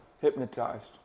hypnotized